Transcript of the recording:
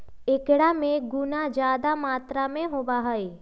एकरा में गुना जादा मात्रा में होबा हई